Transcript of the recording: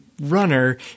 runner